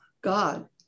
god